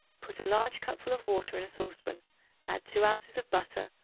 put a large cupful of water in a saucepan add two ounces of butter,